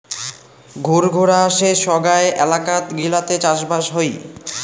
ঘুরঘুরা যে সোগায় এলাকাত গিলাতে চাষবাস হই